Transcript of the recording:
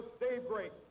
daybreak